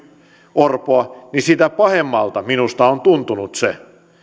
orpoa niin sitä pahemmalta minusta on tuntunut se